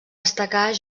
destacar